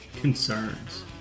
Concerns